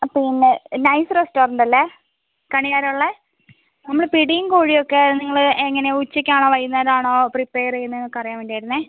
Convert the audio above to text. പിന്നെ nice restaurant അല്ലേ കണിയാരം ഉള്ളത് നമ്മൾ പിടിയും കോഴി ഒക്കെ നിങ്ങൾ എങ്ങനെയാണ് ഉച്ചക്കണോ വൈകുന്നേരം ആണോ പ്രിപ്പയർ ചെയ്യുന്നത് എന്നൊക്കെ അറിയാൻ വേണ്ടി ആയിരുന്നേ